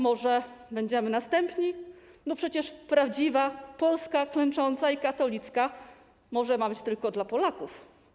Może będziemy następni, bo przecież prawdziwa Polska, klęcząca i katolicka, może ma być tylko dla Polaków.